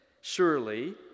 Surely